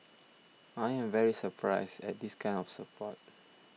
I am very surprised at this kind of support